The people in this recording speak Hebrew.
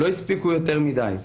הם לא הספיקו יותר מדי.